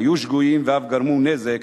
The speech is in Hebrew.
היו שגויים ואף גרמו נזק,